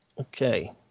Okay